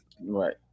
right